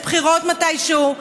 יש בחירות מתי שהוא,